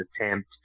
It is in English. attempt